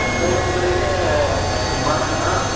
ಹ್ಞೂ ಏಳುವರೆಗೆ ಮಾಡಣ